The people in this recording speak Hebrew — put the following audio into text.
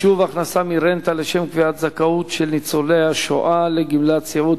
(חישוב הכנסה מרנטה לשם קביעת זכאות של ניצולי השואה לגמלת סיעוד),